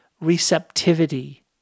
receptivity